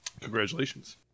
Congratulations